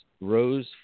Rose